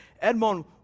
Edmond